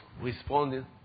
responding